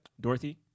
Dorothy